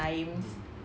mm